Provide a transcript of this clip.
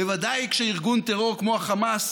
בוודאי כשארגון טרור כמו החמאס